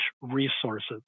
resources